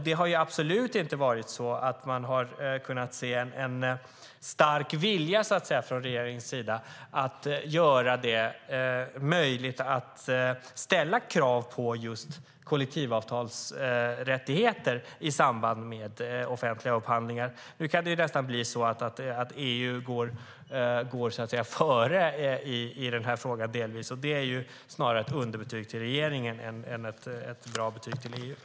Det har absolut inte varit så att man har kunnat se en stark vilja från regeringens sida att göra det möjligt att ställa krav på kollektivavtalsrättigheter i samband med offentliga upphandlingar. Nu kan det nästan bli så att EU delvis går före i den här frågan. Det är snarare ett underbetyg till regeringen än ett bra betyg till EU.